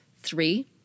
three